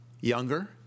younger